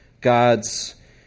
God's